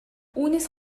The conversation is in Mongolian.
үүнээс